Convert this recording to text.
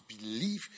believe